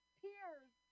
peers